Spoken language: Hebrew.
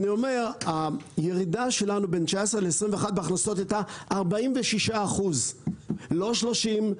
אני אומר שהירידה שלנו בין 2019 ל-2021 בהכנסות הייתה 46%. לא 30%,